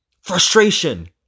Frustration